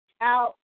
out